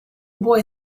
boy